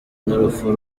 n’urupfu